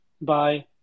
Bye